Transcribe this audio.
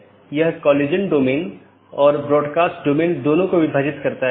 BGP पड़ोसी या BGP speaker की एक जोड़ी एक दूसरे से राउटिंग सूचना आदान प्रदान करते हैं